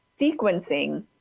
sequencing